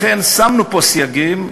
לכן שמנו סייגים,